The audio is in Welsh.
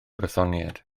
brythoniaid